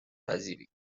پذیری